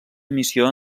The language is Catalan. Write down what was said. missió